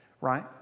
Right